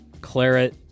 Claret